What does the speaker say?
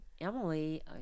Emily